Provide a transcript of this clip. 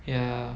ya